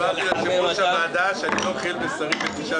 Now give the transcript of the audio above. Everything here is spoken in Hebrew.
ננעלה בשעה